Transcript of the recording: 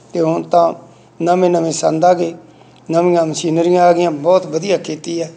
ਅਤੇ ਹੁਣ ਤਾਂ ਨਵੇਂ ਨਵੇਂ ਸੰਦ ਆ ਗਏ ਨਵੀਆਂ ਮਸ਼ੀਨਰੀਆਂ ਆ ਗਈਆਂ ਬਹੁਤ ਵਧੀਆ ਖੇਤੀ ਹੈ